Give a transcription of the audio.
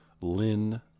Lynn